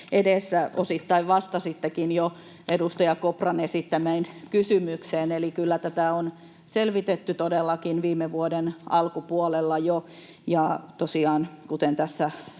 edessä osittain jo vastasittekin edustaja Kopran esittämään kysymykseen, eli kyllä tätä on selvitetty todellakin jo viime vuoden alkupuolella, tosiaan, en lähde